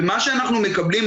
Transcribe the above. מה שאנחנו מקבלים,